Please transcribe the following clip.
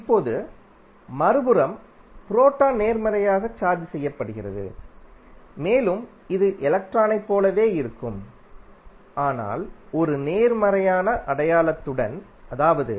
இப்போது மறுபுறம் புரோட்டான் நேர்மறையாக சார்ஜ் செய்யப்படுகிறது மேலும் இது எலக்ட்ரானைப் போலவே இருக்கும் ஆனால் ஒரு நேர்மறையான அடையாளத்துடன் அதாவது